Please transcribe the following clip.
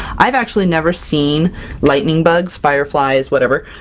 i've actually never seen lightning bugs, fireflies, whatever